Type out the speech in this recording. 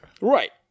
Right